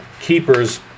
keepers